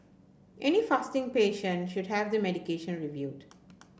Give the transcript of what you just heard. any fasting patient should have their medication reviewed